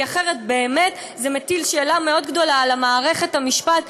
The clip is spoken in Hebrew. כי אחרת באמת זה מטיל שאלה מאוד גדולה על מערכת המשפט,